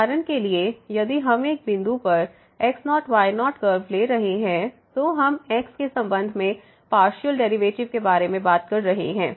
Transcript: उदाहरण के लिए यदि हम एक बिंदु पर x0 y0 कर्व ले रहे हैं तो हम x के संबंध में पार्शियल डेरिवेटिव के बारे में बात कर रहे हैं